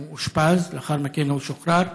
הוא אושפז, לאחר מכן הוא שוחרר.